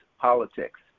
politics